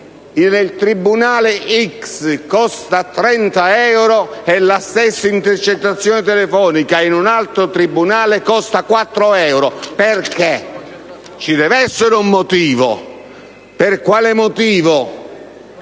tribunale costa 30 euro e la stessa intercettazione telefonica in un altro tribunale costa 4 euro? Ci deve essere un motivo. Per quale motivo